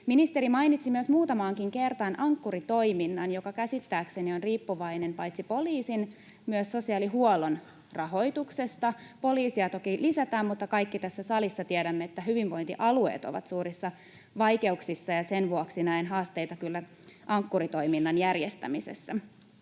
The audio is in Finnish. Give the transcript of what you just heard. Ministeri mainitsi muutamaankin kertaan myös Ankkuri-toiminnan, joka käsittääkseni on riippuvainen paitsi poliisin myös sosiaalihuollon rahoituksesta. Poliiseja toki lisätään, mutta me kaikki tässä salissa tiedämme, että hyvinvointialueet ovat suurissa vaikeuksissa, ja sen vuoksi näen haasteita kyllä Ankkuri-toiminnan järjestämisessä.